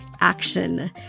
action